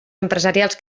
empresarials